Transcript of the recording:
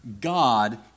God